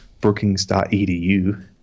Brookings.edu